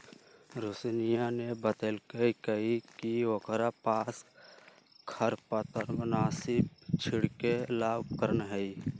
रोशिनीया ने बतल कई कि ओकरा पास खरपतवारनाशी छिड़के ला उपकरण हई